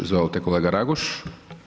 Izvolite kolega Raguž.